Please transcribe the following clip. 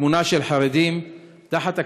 תמונה של חרדים תחת הכותרת: